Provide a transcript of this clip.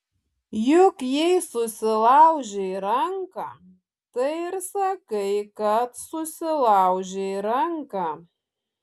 juk jei susilaužai ranką tai ir sakai kad susilaužei ranką